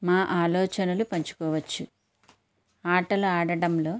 మా ఆలోచనలు పంచుకోవచ్చు ఆటలు ఆడటంలో